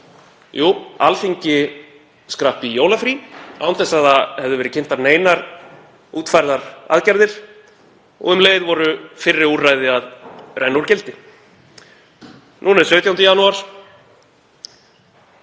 Jú, Alþingi skrapp í jólafrí án þess að það hefðu verið kynntar neinar útfærðar aðgerðir og um leið voru fyrri úrræði að renna úr gildi. Núna er 17. janúar